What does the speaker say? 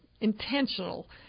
intentional